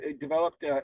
developed